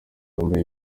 wambaye